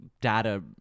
data